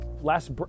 Last